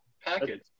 package